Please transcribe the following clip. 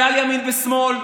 מעל ימין ושמאל,